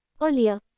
Earlier